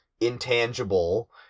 intangible